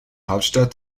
hauptstadt